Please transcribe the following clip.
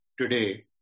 today